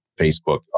Facebook